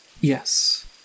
Yes